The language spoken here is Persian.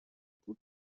بود